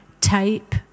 type